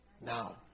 now